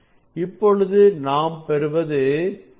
இப்பொழுது நாம் பெறுவதுβ 1